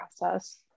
process